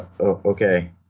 Okay